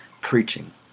preaching